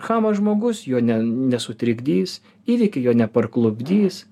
chamas žmogus jo ne nesutrikdys įvykių jo neparklupdys